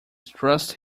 thrust